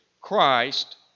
Christ